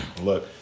look